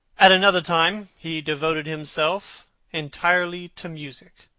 at another time he devoted himself entirely to music,